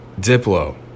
Diplo